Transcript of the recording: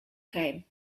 came